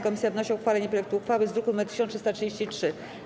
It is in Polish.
Komisja wnosi o uchwalenie projektu uchwały z druku nr 1333.